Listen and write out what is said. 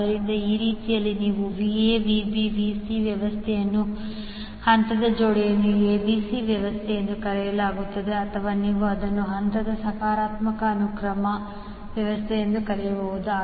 ಆದ್ದರಿಂದ ಆ ರೀತಿಯಲ್ಲಿ ನೀವು VaVbVc ವ್ಯವಸ್ಥೆಯನ್ನು ಹಂತದ ಜೋಡಣೆಯ ABC ವ್ಯವಸ್ಥೆ ಎಂದು ಕರೆಯಲಾಗುತ್ತದೆ ಅಥವಾ ನೀವು ಅದನ್ನು ಹಂತಗಳ ಸಕಾರಾತ್ಮಕ ಅನುಕ್ರಮ ವ್ಯವಸ್ಥೆ ಎಂದು ಕರೆಯಬಹುದು